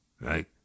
right